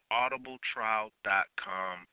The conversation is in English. audibletrial.com